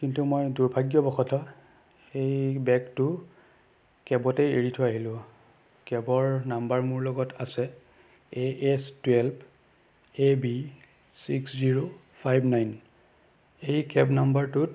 কিন্তু মই দুৰ্ভাগ্যবশতঃ সেই বেগটো কেবতেই এৰি থৈ আহিলোঁ কেবৰ নাম্বাৰ মোৰ লগত আছে A S twelve A B six zero five nine এই কেব নাম্বাৰটোত